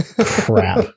crap